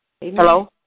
Hello